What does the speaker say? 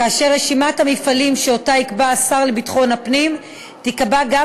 כאשר רשימת המפעלים שיקבע השר לביטחון הפנים תיקבע גם